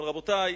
אבל, רבותי,